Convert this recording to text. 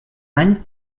any